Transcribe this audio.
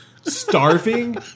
Starving